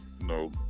no